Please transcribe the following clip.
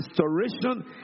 restoration